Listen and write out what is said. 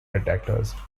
detectors